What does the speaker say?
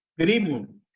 good evening.